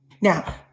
Now